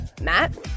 Matt